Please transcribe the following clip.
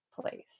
place